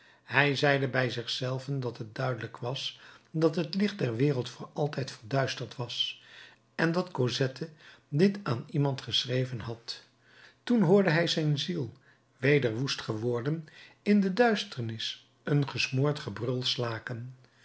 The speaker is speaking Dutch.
hij zeide bij zich zelven dat het duidelijk was dat het licht der wereld voor altijd verduisterd was en dat cosette dit aan iemand geschreven had toen hoorde hij zijn ziel weder woest geworden in de duisternis een gesmoord gebrul slaken